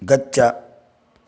गच्छ